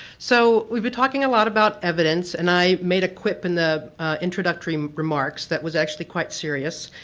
so we've been talking a lot about evidence and i made a quip in the introductory um remarks that was actually quite serious.